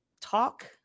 talk